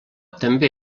també